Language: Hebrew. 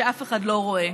שאף אחד לא רואה.